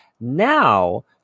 now